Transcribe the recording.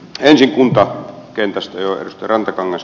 ensin kunta kintestä joen rantakangas